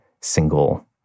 single